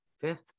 fifth